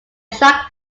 shock